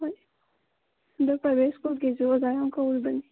ꯍꯣꯏ ꯑꯗꯨ ꯄ꯭ꯔꯥꯏꯕꯦꯠ ꯁ꯭ꯀꯨꯜꯒꯤꯁꯨ ꯑꯣꯖꯥ ꯌꯥꯝꯅ ꯀꯧꯔꯤꯕꯅꯤ